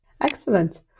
Excellent